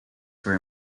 were